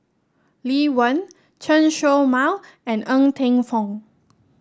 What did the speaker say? Lee Wen Chen Show Mao and Ng Teng Fong